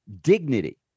dignity